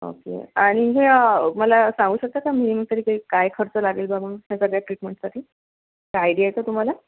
okay आणि हे मला सांगू शकता का मिनिमम तरी ते काय खर्च लागेल बा म्हणून या सगळ्या ट्रीटमेंटसाठी काय आयडिया आहे का तुम्हाला